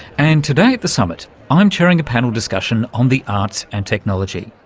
and today at the summit i'm chairing a panel discussion on the arts and technology.